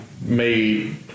made